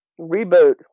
reboot